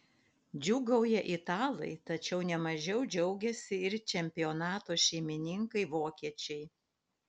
džiūgauja italai tačiau ne mažiau džiaugiasi ir čempionato šeimininkai vokiečiai